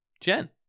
Jen